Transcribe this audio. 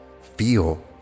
Feel